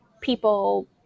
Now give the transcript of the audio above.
people